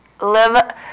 live